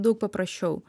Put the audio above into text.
daug paprasčiau